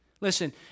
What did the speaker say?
Listen